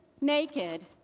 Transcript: naked